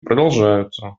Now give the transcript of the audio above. продолжаются